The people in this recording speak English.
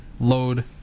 load